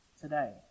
today